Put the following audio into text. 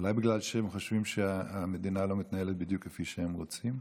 אולי בגלל שהם חושבים שהמדינה לא מתנהלת בדיוק כפי שהם רוצים?